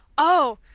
oh,